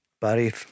Barry